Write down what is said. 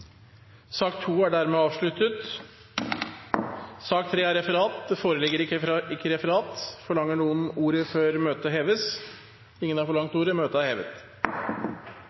Sak nr. 2 er dermed avsluttet. Det foreligger ikke noe referat. Forlanger noen ordet før møtet heves? – Ingen har forlangt ordet. Møtet er hevet.